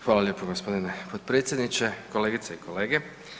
Hvala lijepo gospodine potpredsjedniče, kolegice i kolege.